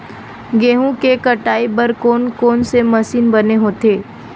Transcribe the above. गेहूं के कटाई बर कोन कोन से मशीन बने होथे?